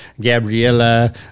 Gabriella